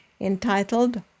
entitled